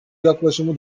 yaklaşımı